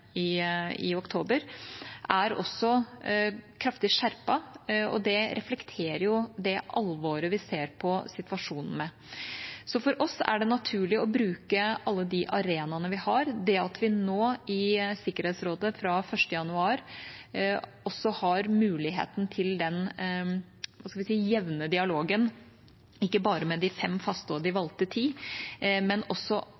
i oktober, også er kraftig skjerpet, og det reflekterer jo det alvoret vi ser på situasjonen med. Så for oss er det naturlig å bruke alle de arenaene vi har. Det at vi nå i Sikkerhetsrådet fra 1. januar også har muligheten til den jevne dialogen, ikke bare med de fem faste og de valgte ti, men også